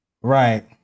Right